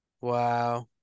Wow